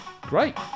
great